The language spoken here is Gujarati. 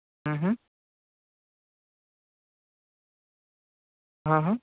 હ હ હ હ